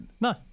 no